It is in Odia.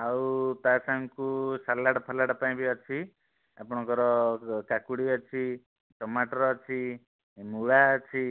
ଆଉ ତାସାଙ୍ଗକୁ ସାଲାଡ଼୍ ଫାଲାଟ୍ ପାଇଁ ବି ଅଛି ଆପଣଙ୍କର କାକୁଡ଼ି ଅଛି ଟମାଟର ଅଛି ଏ ମୂଳା ଅଛି